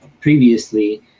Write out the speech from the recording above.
previously